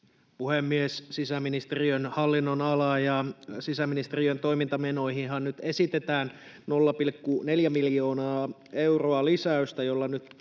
Puhemies! Sisäministeriön hallinnonala: Sisäministeriön toimintamenoihinhan esitetään 0,4 miljoonaa euroa lisäystä, jolla nyt